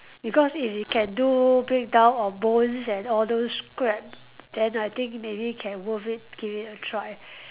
because if it can do break down of bones and all those scrap then I think maybe can worth it give it a try